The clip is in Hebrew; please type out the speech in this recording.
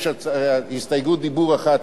יש הסתייגות דיבור אחת,